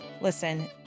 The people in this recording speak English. Listen